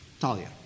Talia